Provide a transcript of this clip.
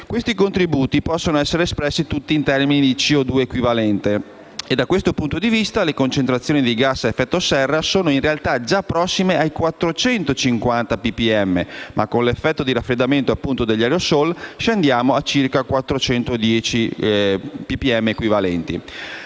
Questi contributi possono essere espressi in termini di CO2 equivalente e, da questo punto di vista, le concentrazioni dei gas a effetto serra sono in realtà prossime ai 450 ppm, ma con l'effetto di raffreddamento degli aerosol scendiamo a circa 410 ppm equivalenti.